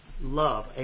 love